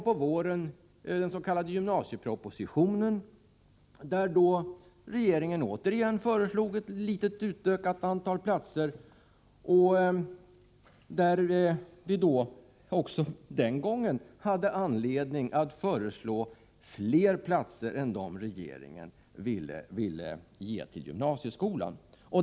På våren kom den s.k. gymnasiepropositionen, där regeringen återigen föreslog ett litet utökat antal platser. Också den gången hade vi i centerpartiet anledning att föreslå fler platser än vad regeringen ville ge till gymnasieskolan.